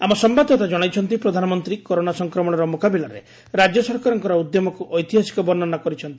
ଆମ ସମ୍ଭାଦଦାତା କଣାଇଛନ୍ତି ପ୍ରଧାନମନ୍ତ୍ରୀ କରୋନା ସଂକ୍ରମଣର ମୁକାବିଲାରେ ରାଜ୍ୟ ସରକାରଙ୍କ ଉଦ୍ୟମକୁ ଏବିହାସିକ ବର୍ଷ୍ଣନା କରିଛନ୍ତି